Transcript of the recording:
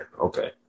Okay